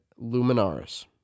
luminaris